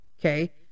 okay